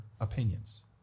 opinions